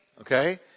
Okay